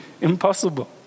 Impossible